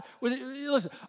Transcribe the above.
Listen